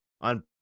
on